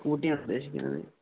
സ്്പൂട്ടി ഉദേശിക്കാ